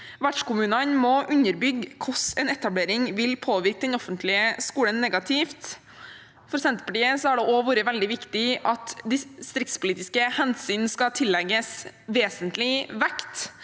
Vertskommunene må underbygge hvordan en etablering vil påvirke den offentlige skolen negativt. For Senterpartiet har det også vært veldig viktig at distriktspolitiske hensyn skal tillegges vesentlig vekt,